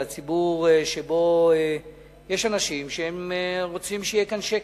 על הציבור שבו יש אנשים שרוצים שיהיה כאן שקט,